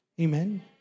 Amen